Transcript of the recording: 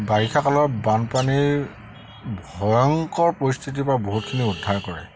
বাৰিষা কালত বানপানীৰ ভয়ংকৰ পৰিস্থিতিৰ পৰা বহুতখিনি উদ্ধাৰ কৰে